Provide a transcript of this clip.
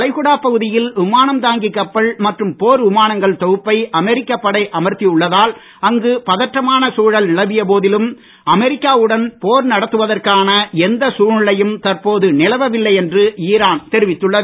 வளைகுடா பகுதியில் விமானம் தாங்கி கப்பல் மற்றும் போர் விமானங்கள் தொகுப்பை அமெரிக்கா படை அமர்த்தி உள்ளதால் அங்கு பதற்றமான சூழல் நிலவிய போதும் அமெரிக்கா உடன் போர் நடத்தவதற்கான எந்த சூழ்நிலையும் தற்போது நிலவவில்லை என்று ஈரான் தெரிவித்துள்ளது